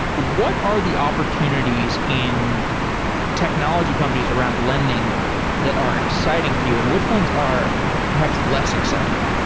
what are the opportunities in technology companies around lending that are exciting to you and which ones are perhaps less exciting?